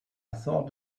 thought